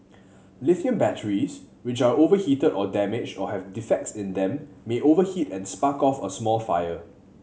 lithium batteries which are overheated or damaged or have defects in them may overheat and spark off a small fire